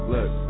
Look